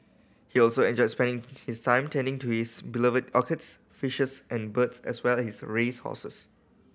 he also enjoyed spending his time tending to his beloved orchids fishes and birds as well as his race horses